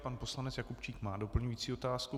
Pan poslanec Jakubčík má doplňující otázku.